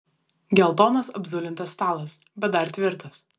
geltonas apzulintas stalas bet dar tvirtas